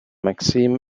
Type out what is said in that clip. maxim